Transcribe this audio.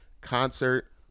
concert